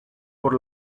por